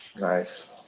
Nice